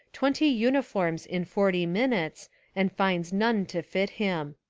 twenty uniforms in forty minutes and finds none to fit him.